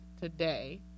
today